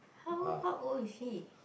how how old is he